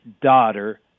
daughter